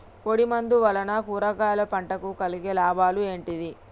పొడిమందు వలన కూరగాయల పంటకు కలిగే లాభాలు ఏంటిది?